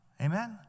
Amen